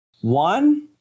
One